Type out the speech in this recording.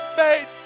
made